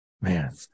Man